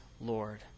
Lord